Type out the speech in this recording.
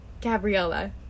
Gabriella